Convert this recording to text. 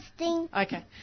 Okay